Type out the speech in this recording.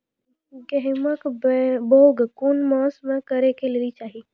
गेहूँमक बौग कून मांस मअ करै लेली चाही?